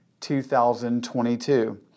2022